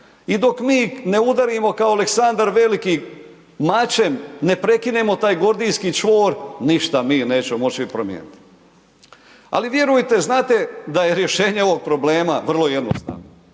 I dok mi ne udarimo kao Aleksandar Veliki mačem, ne prekinemo taj gordijski čvor, ništa mi nećemo moći promijeniti. Ali vjerujte, znate da je rješenje ovog problema vrlo jednostavno,